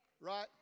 right